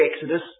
Exodus